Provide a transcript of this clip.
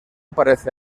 parece